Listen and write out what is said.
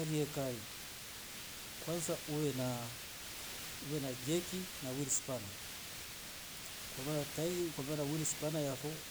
Ye kali kwasa uwe na jeki na willi spana ukava na tairi ukavaa na willi spana yafo